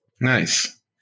Nice